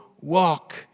walk